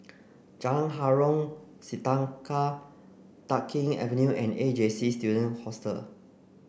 Jalan Harom Setangkai Tai Keng Avenue and A J C Student Hostel